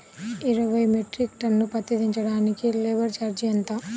ఇరవై metric ton పత్తి దించటానికి లేబర్ ఛార్జీ ఎంత?